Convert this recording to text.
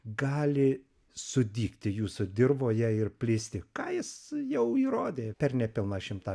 gali sudygti jūsų dirvoje ir plisti ką jis jau įrodė per nepilną šimtą